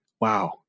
wow